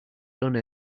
done